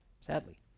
sadly